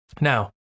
Now